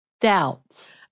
doubts